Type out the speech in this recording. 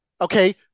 Okay